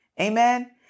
Amen